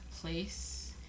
place